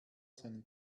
seinen